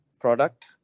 product